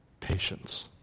patience